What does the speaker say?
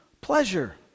pleasure